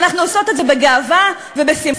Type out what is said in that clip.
ואנחנו עושות את זה בגאווה ובשמחה,